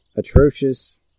Atrocious